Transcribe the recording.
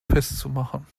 festzumachen